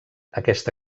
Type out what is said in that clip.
aquesta